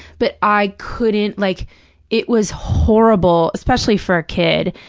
but i couldn't, like it was horrible, especially for a kid.